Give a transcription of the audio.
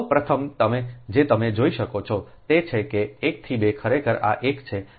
તો પ્રથમ તમે જે તમે જોઈ શકો છો તે છે કે 1 થી 2 ખરેખર આ 1 છે આ 2 છે